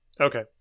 Okay